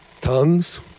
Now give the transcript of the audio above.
tongues